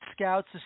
scouts